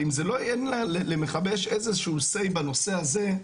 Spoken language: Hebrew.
אבל אם אין למכבי האש איזה שהוא סיי בנושא הזה,